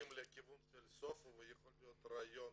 הולכים לכיוון של סופה, יכול להיות רעיון,